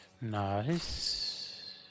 Nice